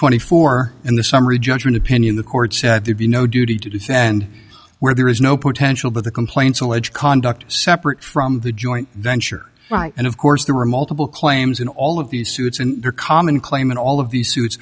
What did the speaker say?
twenty four in the summary judgment opinion the court said there be no duty to do so and where there is no potential for the complaints alleged conduct separate from the joint venture and of course there were multiple claims in all of these suits and their common claim in all of these suits